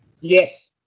Yes